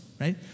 right